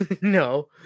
No